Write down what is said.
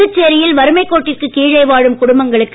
புதுச்சேரியில் வறுமைக்கோட்டிற்குக்கீழேவாழும்குடும்பங்களுக்கு